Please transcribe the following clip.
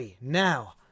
now